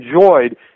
enjoyed